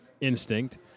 instinct